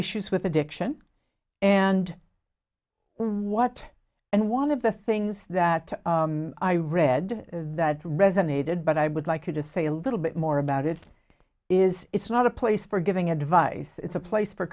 issues with addiction and what and one of the things that i read that resonated but i would like you to say a little bit more about it is it's not a place for giving advice it's a place for